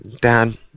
Dad